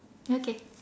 okay